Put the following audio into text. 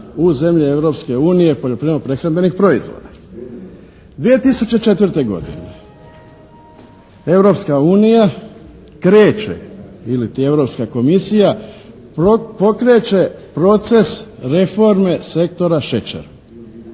unije poljoprivredno-prehrambenih proizvoda. 2004. godine Europska unija kreće iliti Europska komisija pokreće proces reforme sektora šećera.